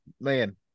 Man